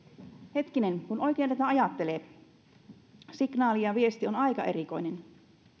hetkinen kun oikein tätä ajattelee signaali ja viesti on aika erikoinen